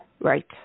Right